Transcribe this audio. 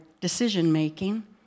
decision-making